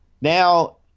now